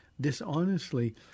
dishonestly